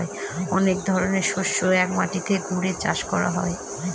অনেক ধরনের শস্য এক মাটিতে ঘুরিয়ে চাষ করা হয়